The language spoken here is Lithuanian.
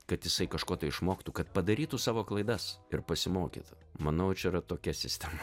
kad jisai kažko tai išmoktų kad padarytų savo klaidas ir pasimokytų manau čia yra tokia sistema